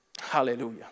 Hallelujah